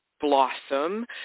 blossom